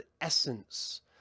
essence